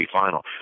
final